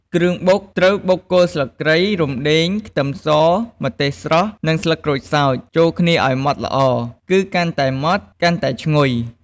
គ្រឿងបុក គឺបុកគល់ស្លឹកគ្រៃ រំដេង ខ្ទឹមស ម្ទេសស្រស់ និងស្លឹកក្រូចសើច ចូលគ្នាឱ្យម៉ដ្ឋល្អ គឺកាន់តែម៉ដ្ឋ កាន់តែឈ្ងុយ។